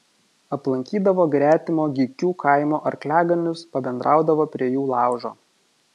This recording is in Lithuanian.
aplankydavo gretimo gykių kaimo arkliaganius pabendraudavo prie jų laužo